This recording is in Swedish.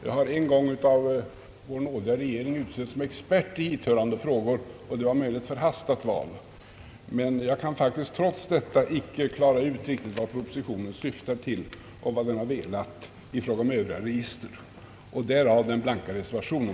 Jag har en gång av vår nådiga regering utsetts som expert i hithörande frågor. Det var möjligen ett förhastat val. Jag kan faktiskt trots detta icke klara ut riktigt vad propositionen syftar till och "vad avsikten har varit beträffande övriga register. Därav, herr talman, den blanka reservationen.